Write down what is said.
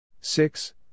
six